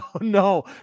no